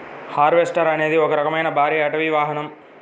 harvester అనేది ఒక రకమైన భారీ అటవీ వాహనం